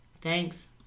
Thanks